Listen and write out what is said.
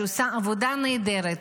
שעושה עבודה נהדרת.